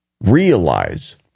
realize